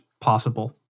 possible